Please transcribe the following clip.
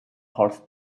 horse